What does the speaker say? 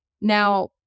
Now